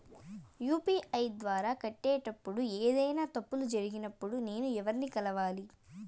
UPI ద్వారా కట్టేటప్పుడు ఏదైనా తప్పులు జరిగినప్పుడు నేను ఎవర్ని కలవాలి?